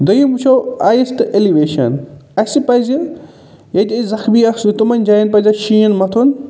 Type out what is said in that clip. دۄیِم وٕچھَو آیِس تہِ اٮ۪لِویشَن اَسہِ پَزِ ییٚتہِ أسۍ زخمی آسَو تِمَن جایَن پَزِ اَسہِ شیٖن مَتھُن